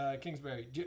Kingsbury